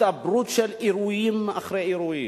הצטברות של אירועים אחרי אירועים,